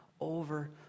over